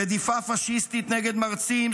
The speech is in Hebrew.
רדיפה פשיסטית נגד מרצים,